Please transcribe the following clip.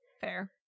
Fair